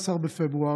13 בפברואר,